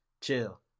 chill